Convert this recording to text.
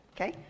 Okay